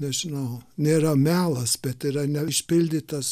nežinau nėra melas bet yra neišpildytas